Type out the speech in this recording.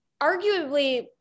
arguably